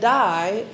die